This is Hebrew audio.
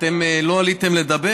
אתם לא עליתם לדבר.